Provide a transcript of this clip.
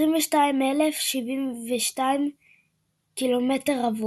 22,072 קמ"ר.